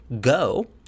Go